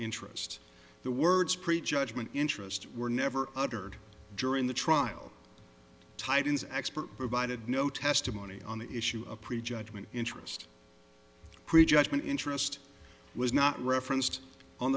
interest the words pre judgment interest were never uttered during the trial titan's expert provided no testimony on the issue of prejudgment interest prejudgment interest was not referenced on